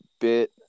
bit